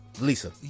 Lisa